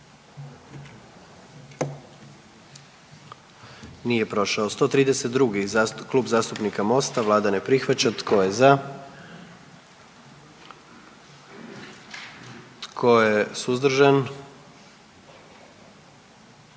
dio zakona. 44. Kluba zastupnika SDP-a, vlada ne prihvaća. Tko je za? Tko je suzdržan?